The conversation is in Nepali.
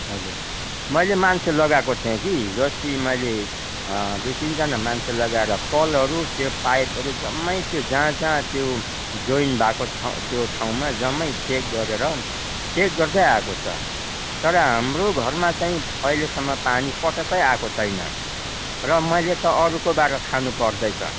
हजुर मैले मान्छे लगाएको थिएँ कि हिजो अस्ति मैले दुई तिनजना मान्छे लगाएर कलहरू त्यो पाइपहरू जम्मै त्यो जहाँ जहाँ त्यो जोइन भएको छ त्यो ठाँउमा जम्मै चेक गरेर चेक गर्दै आएको छ तर हाम्रो घरमा चाहिँ अहिलेसम्म पानी पटक्कै आएको छैन र मैले त अरूको बाट खानु पर्दैछ